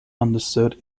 understood